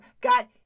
got